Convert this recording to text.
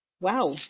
Wow